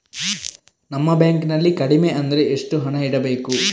ನಮ್ಮ ಬ್ಯಾಂಕ್ ನಲ್ಲಿ ಕಡಿಮೆ ಅಂದ್ರೆ ಎಷ್ಟು ಹಣ ಇಡಬೇಕು?